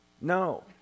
no